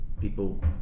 people